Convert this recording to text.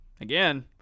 again